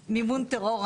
שקשור למימון טרור.